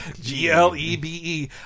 G-L-E-B-E